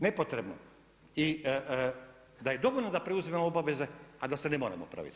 Nepotrebno [[Upadica Opačić: Vrijeme.]] i da je dovoljno da preuzimamo obaveze, a da se ne moramo praviti važni.